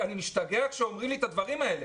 ואני משתגע כשאומרים לי את הדברים האלה,